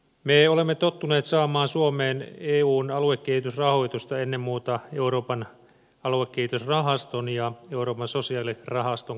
me olemme tottuneet saamaan suomeen eun aluekehitysrahoitusta ennen muuta euroopan aluekehitysrahaston ja euroopan sosiaalirahaston kautta